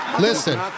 Listen